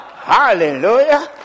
Hallelujah